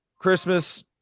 christmas